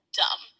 dumb